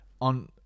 On